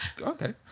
okay